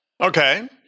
Okay